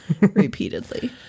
repeatedly